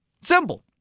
Simple